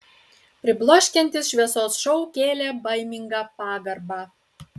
pribloškiantis šviesos šou kėlė baimingą pagarbą